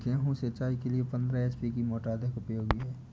गेहूँ सिंचाई के लिए पंद्रह एच.पी की मोटर अधिक उपयोगी है?